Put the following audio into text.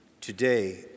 today